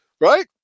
right